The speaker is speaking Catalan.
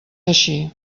així